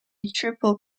triple